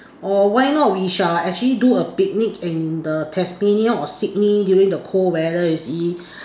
or why not we shall actually do a picnic in the Tasmania or Sydney during the cold weather you see